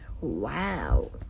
Wow